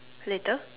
later